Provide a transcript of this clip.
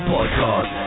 Podcast